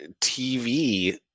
TV